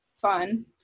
fun